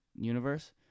universe